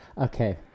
Okay